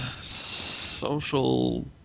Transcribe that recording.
social